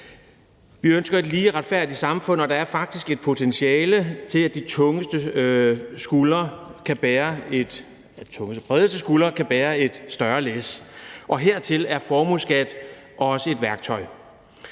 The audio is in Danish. Vi ønsker et lige og retfærdigt samfund, og der er faktisk et potentiale til, at de bredeste skuldre kan bære et større læs, og hertil er en formueskat også et værktøj.